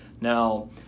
Now